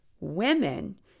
women